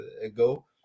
ago